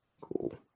Cool